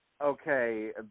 okay